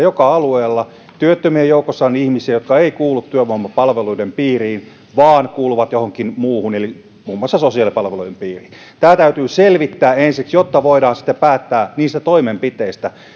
joka alueella työttömien joukossa on ihmisiä jotka eivät kuulu työvoimapalveluiden piiriin vaan kuuluvat johonkin muuhun eli muun muassa sosiaalipalveluiden piiriin tämä täytyy selvittää ensiksi jotta voidaan sitten päättää niistä toimenpiteistä